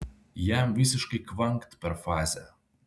jam visiškai kvankt per fazę